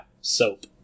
soap